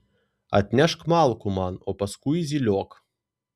atnešk malkų man o paskui zyliok